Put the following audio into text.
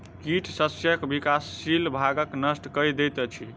कीट शस्यक विकासशील भागक नष्ट कय दैत अछि